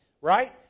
right